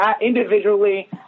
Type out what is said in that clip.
individually